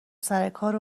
سرکار